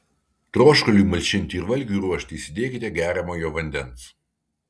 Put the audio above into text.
troškuliui malšinti ir valgiui ruošti įsidėkite geriamojo vandens